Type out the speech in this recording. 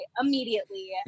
immediately